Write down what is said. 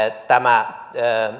tämä